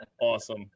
awesome